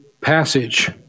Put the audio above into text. passage